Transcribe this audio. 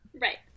Right